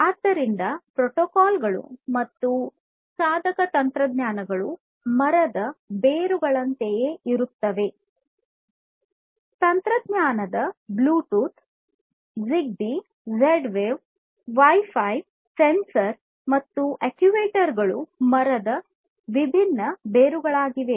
ಆದ್ದರಿಂದ ಈ ಪ್ರೋಟೋಕಾಲ್ ಗಳು ಮತ್ತು ಸಾಧನ ತಂತ್ರಜ್ಞಾನಗಳು ಮರದ ಬೇರುಗಳಂತೆಯೇ ಇರುತ್ತವೆ ತಂತ್ರಜ್ಞಾನಗಳಾದ Bluetooth Zigbee Z wave wifi ಸೆನ್ಸರ್ಗಳು ಮತ್ತು ಅಕ್ಚುಯೇಟರ್ ಗಳು ಮರದ ವಿಭಿನ್ನ ಬೇರುಗಳಾಗಿವೆ